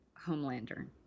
Homelander